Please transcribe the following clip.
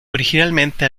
originalmente